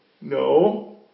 No